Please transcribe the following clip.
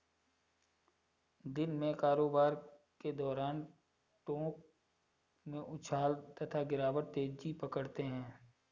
दिन में कारोबार के दौरान टोंक में उछाल तथा गिरावट तेजी पकड़ते हैं